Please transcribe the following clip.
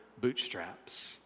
bootstraps